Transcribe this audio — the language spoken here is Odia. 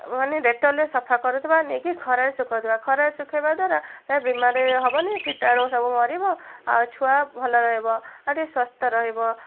ମାନେ ଡେଟଲରେ ସଫା କରୁଥିବା ନେଇକି ଖରାରେ ଶୁଖଉଥିବା ଖରାରେ ଶୁଖେଇବା ଦ୍ୱାରା ବ ବିମାର ହବନି କୀଟାଣୁ ସବୁ ମରିବ ଆଉ ଛୁଆ ଭଲ ରହିବ ଆଉ ଟିକେ ସ୍ୱସ୍ଥ ରହିବ